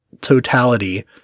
totality